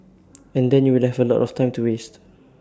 and then you will have A lot of time to waste